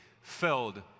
filled